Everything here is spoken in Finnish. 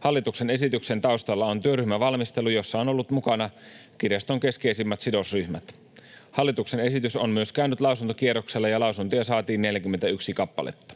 Hallituksen esityksen taustalla on työryhmävalmistelu, jossa ovat olleet mukana kirjaston keskeisimmät sidosryhmät. Hallituksen esitys on myös käynyt lausuntokierroksella, ja lausuntoja saatiin 41 kappaletta.